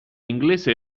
inglese